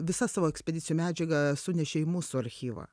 visą savo ekspedicijų medžiagą sunešė į mūsų archyvą